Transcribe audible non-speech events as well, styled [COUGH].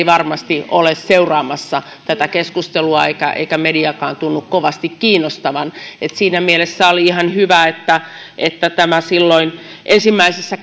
[UNINTELLIGIBLE] varmasti ole seuraamassa tätä keskustelua eikä mediaakaan tunnu kovasti kiinnostavan siinä mielessä oli ihan hyvä että että tämä silloin ensimmäisessä [UNINTELLIGIBLE]